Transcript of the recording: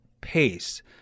pace